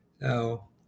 Now